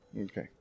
Okay